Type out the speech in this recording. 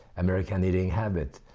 american eating habits,